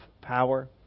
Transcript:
power